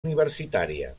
universitària